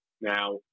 Now